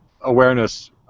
awareness